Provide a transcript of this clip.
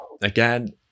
again